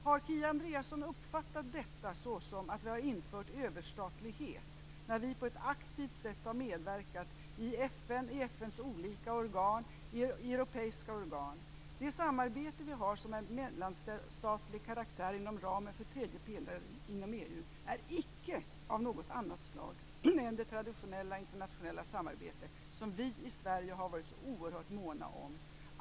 Har Kia Andreasson uppfattat det som att vi har infört överstatlighet när vi på ett aktivt sätt har medverkat i FN, i FN:s olika organ och i europeiska organ? Det samarbete som vi har av mellanstatlig karaktär inom ramen för tredje pelaren inom EU är icke av något annat slag än det traditionella internationella samarbete som vi i Sverige har varit så oerhört måna om.